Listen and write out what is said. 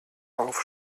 auf